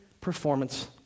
performance